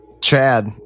Chad